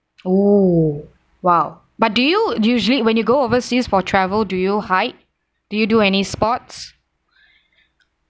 oh !wow! but do you usually when you go overseas for travel do you hike do you do any sports